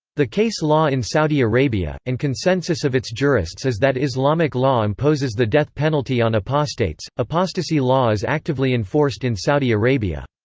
the case law in saudi arabia, and consensus of its jurists is that islamic law imposes the death penalty on apostates apostasy law is actively enforced in saudi arabia.